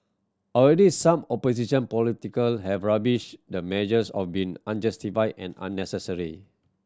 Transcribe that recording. already some opposition politician have rubbished the measures of being unjustified and unnecessary